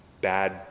bad